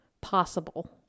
possible